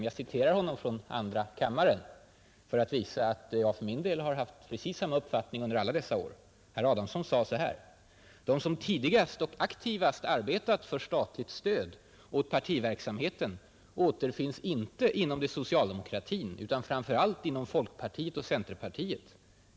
Jag citerar ur hans anförande i andra kammaren för att visa att jag för min del har haft precis samma uppfattning under alla dessa år: ”De som tidigast och aktivast arbetat för statligt stöd åt partiverksamheten återfinns inte inom socialdemokratin utan framför allt inom folkpartiet och centerpartiet.